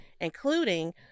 including